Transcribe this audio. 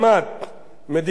מדינה ריבונית,